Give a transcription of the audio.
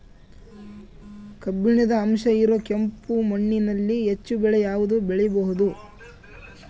ಕಬ್ಬಿಣದ ಅಂಶ ಇರೋ ಕೆಂಪು ಮಣ್ಣಿನಲ್ಲಿ ಹೆಚ್ಚು ಬೆಳೆ ಯಾವುದು ಬೆಳಿಬೋದು?